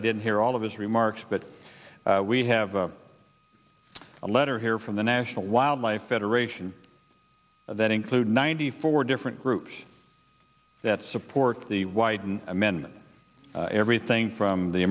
i didn't hear all of his remarks but we have a letter here from the national wildlife federation that include ninety four different groups that support the wyden amendment everything from the